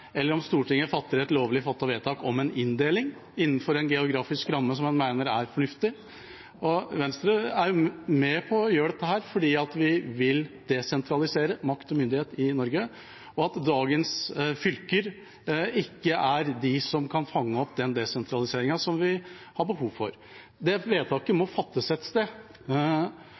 eller om Stortinget har fattet et lovlig vedtak om en inndeling innenfor en geografisk ramme man mener er fornuftig. Venstre er med på å gjøre dette fordi vi vil desentralisere makt og myndighet i Norge, og fordi dagens fylker ikke kan fange opp desentraliseringen vi har behov for. Det vedtaket må fattes et sted.